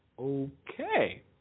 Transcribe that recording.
Okay